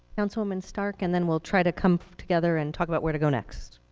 councilwoman stark and then we'll try to come together and talk about where to go next.